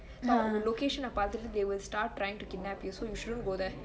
வொ:vo location பாத்துட்டு:paathutu they will start trying to kidnap you so you shouldn't go there